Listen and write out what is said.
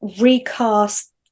recast